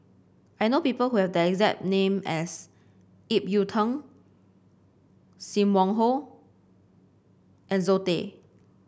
I know people who have the exact name as Ip Yiu Tung Sim Wong Hoo and Zoe Tay